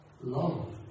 Love